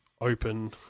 open